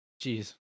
Jeez